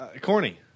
Corny